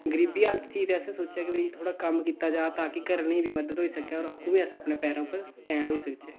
गरीबी हालत थी ते असें सोचेआ कि भई थोह्ड़ा कम्म कीता जा तां कि घरै आह्लें गी बी मदद होई सकै होर आपूं बी अस अपने पैरें उप्पर स्टैंड होई सकचै